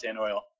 oil